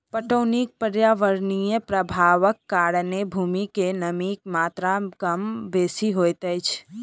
पटौनीक पर्यावरणीय प्रभावक कारणेँ भूमि मे नमीक मात्रा कम बेसी होइत अछि